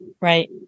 right